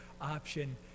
option